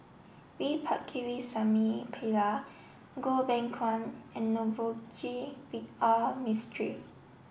V Pakirisamy Pillai Goh Beng Kwan and Navroji R Mistri